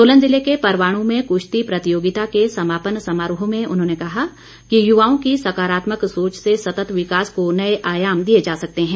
सोलन जिले के परवाणू में कृश्ती प्रतियोगिता के समापन समारोह में उन्होंने कहा कि युवाओं की सकारात्मक सोच से सतत विकास को नए आयाम दिए जा सकते हैं